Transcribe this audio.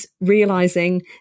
realising